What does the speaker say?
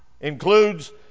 includes